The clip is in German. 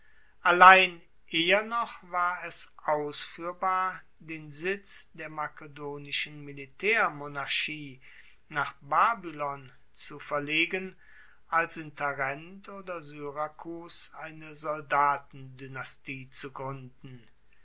allein eher noch war es ausfuehrbar den sitz der makedonischen militaermonarchie nach babylon zu verlegen als in tarent oder syrakus eine soldatendynastie zu